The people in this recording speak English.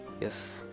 Yes